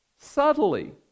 subtly